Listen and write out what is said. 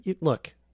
Look